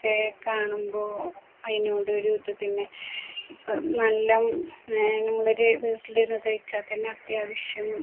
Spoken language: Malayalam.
ഒക്കെ കാണുമ്പോള് അതിനോടൊരു ഇത് പിന്നെ ഇപ്പോള് നമ്മളൊരു വീട്ടിലിരുന്നു തയ്ച്ചാല്ത്തന്നെ അത്യാവശ്യം